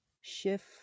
shift